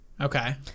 Okay